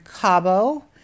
Cabo